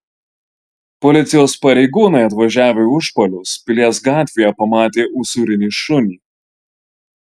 policijos pareigūnai atvažiavę į užpalius pilies gatvėje pamatė usūrinį šunį